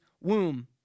womb